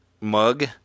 mug